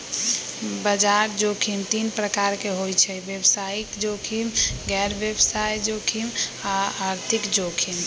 बजार जोखिम तीन प्रकार के होइ छइ व्यवसायिक जोखिम, गैर व्यवसाय जोखिम आऽ आर्थिक जोखिम